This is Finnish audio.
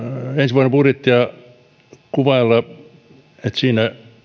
ensi vuoden budjettia voisi ehkä kuvailla niin että siinä